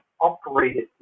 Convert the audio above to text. operated